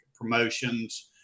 promotions